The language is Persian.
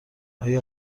آیا